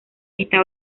está